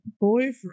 boyfriend